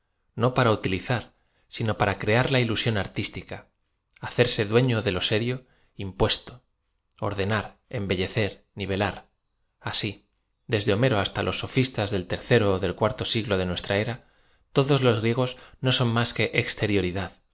no para utilizar sino para crear la iluaión artistica hacerse duefio de lo serio impuesto ordenar embellecer nivelar así desde homero hasta los so fistas del tercero del cuarto siglo de nuestra era to dos los griegos no son más que exterioridad